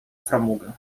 framugę